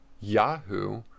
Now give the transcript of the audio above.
Yahoo